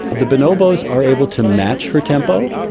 the bonobos are able to match her tempo.